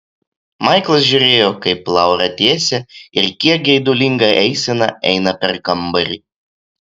maiklas žiūrėjo kaip laura tiesia ir kiek geidulinga eisena eina per kambarį